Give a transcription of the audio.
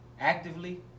actively